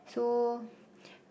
so